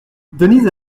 denise